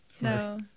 No